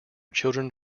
children